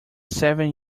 seven